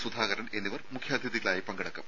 സുധാകരൻ എന്നിവർ മുഖ്യാതിഥികളായി പങ്കെടുക്കും